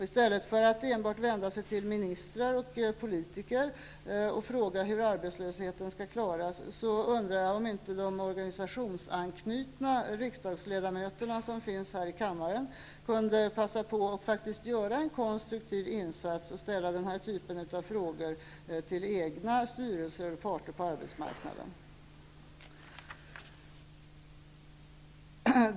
I stället för att enbart vända sig till ministrar med frågor om hur arbetslösheten skall klaras, undrar jag om inte de organisationsanknutna riksdagsledamöterna kunde passa på att göra en konstruktiv insats och ställa den typen av frågor till egna styrelser och parter på arbetsmarknaden.